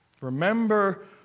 Remember